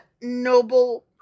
noble